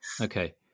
Okay